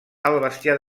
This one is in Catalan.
bestiar